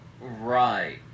right